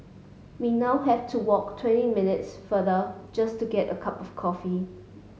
we now have to walk twenty minutes farther just to get a cup of coffee